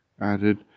added